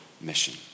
mission